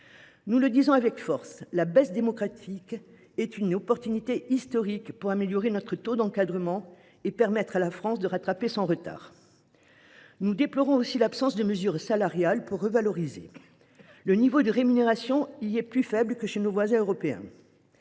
Nous le disons avec force, la baisse démographique est une occasion historique pour améliorer notre taux d’encadrement et permettre à la France de rattraper son retard. Nous déplorons aussi l’absence de mesures de revalorisation salariale. Le niveau des rémunérations est plus faible chez nous que chez nos voisins européens,